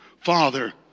Father